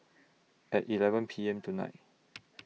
At eleven P M tonight